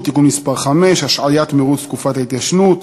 (תיקון מס' 5) (השעיית מירוץ תקופת ההתיישנות),